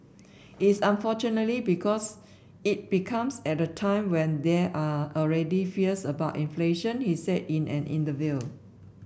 it's unfortunately because it becomes at a time when there are already fears about inflation he said in an interview